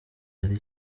ari